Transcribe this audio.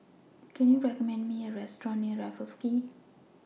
Can YOU recommend Me A Restaurant near Raffles Quay